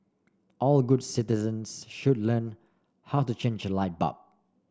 all good citizens should learn how to change a light bulb